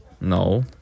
No